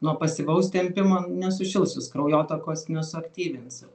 nuo pasyvaus tempimo nesušils jūs kraujotakos nesuaktyvinsit